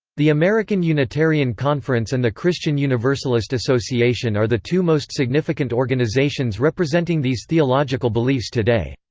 the american unitarian conference and the christian universalist association are the two most significant organizations representing these theological beliefs today.